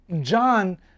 John